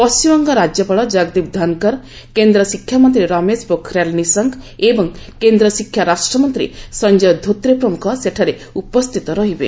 ପଶ୍ଚିମବଙ୍ଗ ରାଜ୍ୟପାଳ ଜଗଦୀପ ଧନ୍କର୍ କେନ୍ଦ୍ର ଶିକ୍ଷାମନ୍ତ୍ରୀ ରମେଶ ପୋଖରିଆଲ ନିଶଙ୍କ ଏବଂ କେନ୍ଦ୍ର ଶିକ୍ଷା ରାଷ୍ଟ୍ରମନ୍ତ୍ରୀ ସଞ୍ଜୟ ଧୋତ୍ରେ ପ୍ରମୁଖ ସେଠାରେ ଉପସ୍ଥିତ ରହିବେ